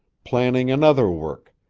planning another work,